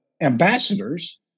ambassadors